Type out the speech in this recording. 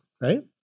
right